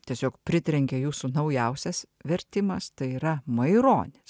tiesiog pritrenkė jūsų naujausias vertimas tai yra maironis